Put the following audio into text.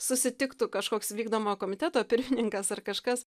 susitiktų kažkoks vykdomojo komiteto pirmininkas ar kažkas